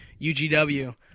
UGW